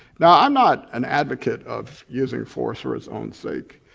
now i'm not an advocate of using force for it's own sake.